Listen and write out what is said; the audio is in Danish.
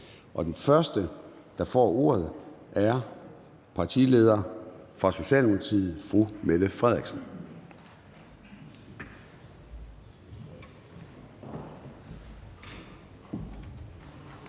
dag. Den første, der får ordet, er partileder for Socialdemokratiet, fru Mette Frederiksen.